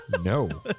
no